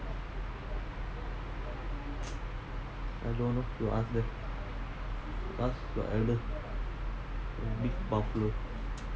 I don't know you ask them ask your elder big buffalo